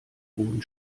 boden